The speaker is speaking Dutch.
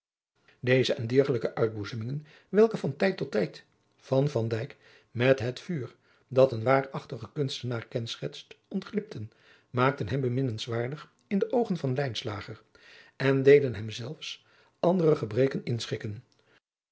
deze en diergelijke uitboezemingen welke van tijd tot tijd van van dijk met het vuur dat een waarachtigen kunstenaar kenschetst ontglipten maakten hem beminnenswaardig in de oogen van lijnslager en deden hem des zelfs andere gebreken inschikken